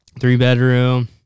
Three-bedroom